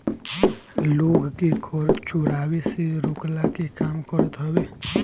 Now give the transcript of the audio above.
लोग के कर चोरावे से रोकला के काम करत हवे